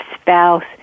spouse